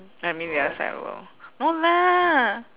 I mean the other side of the world no lah